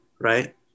right